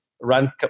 run